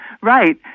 Right